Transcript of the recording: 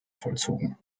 vollzogen